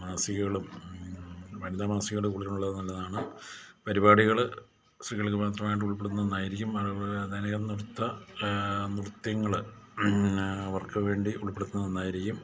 വനിതാ മാസികകൾ കൂടുതൽ ഉള്ളത് നല്ലതാണ് പരിപാടികൾ സ്ത്രീകൾക്ക് മാത്രമായിട്ട് ഉൾപ്പെടുത്തുന്നത് നന്നായിരിക്കും അതുപോലെ അധികം നൃത്ത നൃത്യയങ്ങൾ അവർക്ക് വേണ്ടി ഉൾപ്പെടുത്തുന്നത് നന്നായിരിക്കും